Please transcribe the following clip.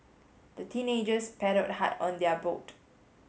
the teenagers paddled hard on their boat